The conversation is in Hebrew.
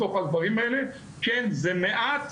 כן, זה מעט,